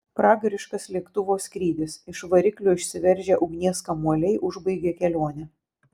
pragariškas lėktuvo skrydis iš variklio išsiveržę ugnies kamuoliai užbaigė kelionę